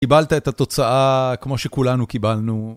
קיבלת את התוצאה כמו שכולנו קיבלנו.